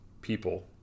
people